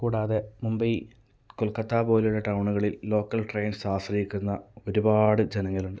കൂടാതെ മുംബൈ കൊൽക്കത്ത പോലുള്ള ടൗണുകളിൽ ലോക്കൽ ട്രെയിൻസ് ആശ്രയിക്കുന്ന ഒരുപാട് ജനങ്ങളുണ്ട്